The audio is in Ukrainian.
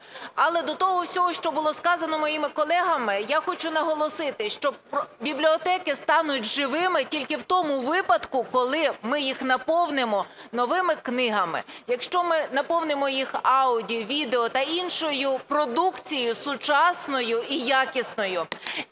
Але до того всього, що було сказано моїми колегами, я хочу наголосити, що бібліотеки стануть живими тільки в тому випадку, коли ми їх наповнимо новими книгами, якщо ми наповнимо їх аудіо, відео та іншою продукцією сучасною і якісною.